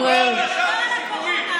ולהסתובב עם פרצוף של בייבי פייס,